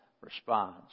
responds